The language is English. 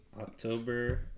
October